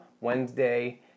Wednesday